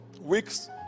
weeks